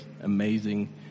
amazing